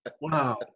Wow